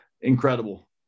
incredible